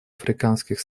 африканских